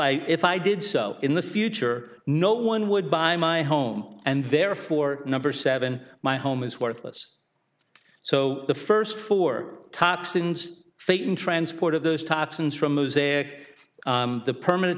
i if i did so in the future no one would buy my home and therefore number seven my home is worthless so the first four toxins fate and transport of those toxins from mosaic the permanent